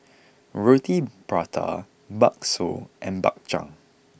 Roti Prata Bakso and Bak Chang